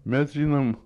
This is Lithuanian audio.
mes žinom